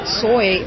soy